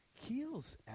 heals